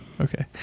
Okay